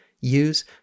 use